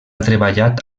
treballat